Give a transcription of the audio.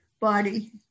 body